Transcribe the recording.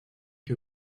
que